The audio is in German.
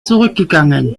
zurückgegangen